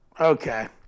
Okay